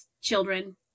children